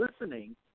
listening